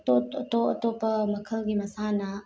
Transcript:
ꯑꯇꯣꯞꯄ ꯃꯈꯜꯒꯤ ꯃꯁꯥꯟꯅ